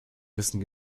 wissen